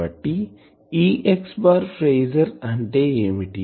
కాబట్టి Ex phasor అంటే ఏమిటి